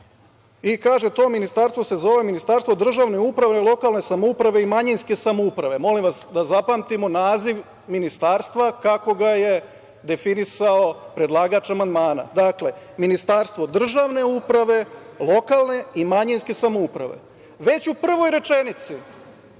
Kaže, to ministarstvo se zove „ministarstvo državne uprave, lokalne samouprave i manjinske samouprave“.Molim vas da zapamtimo naziv ministarstva kako ga je definisao predlagač amandmana. Dakle, „ministarstvo državne uprave, lokalne i manjinske samouprave“. Već u prvoj rečenici